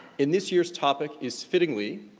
and this year's topic is, fittingly,